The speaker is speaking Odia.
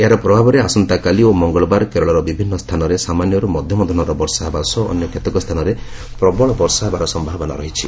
ଏହାର ପ୍ରଭାବରେ ଆସନ୍ତାକାଲି ଓ ମଙ୍ଗଳବାର କେରଳର ବିଭିନ୍ନ ସ୍ଥାନରେ ସାମାନ୍ୟରୁ ମଧ୍ୟମଧରଣ ବର୍ଷା ହେବା ସହ ଅନ୍ୟ କେତେକ ସ୍ଥାନରେ ପ୍ରବଳ ବର୍ଷା ହେବାର ସମ୍ଭାବନା ରହିଛି